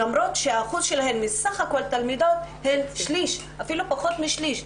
למרות שהאחוז שלהן בסך כל התלמידות הוא פחות משליש.